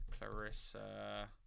Clarissa